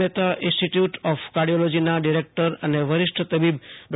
Mehta institute of કાર્ડીયોલોજીના director અને વરિષ્ઠ તબીબ ડૉ